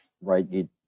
right